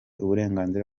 uburenganzira